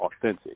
authentic